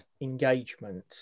engagement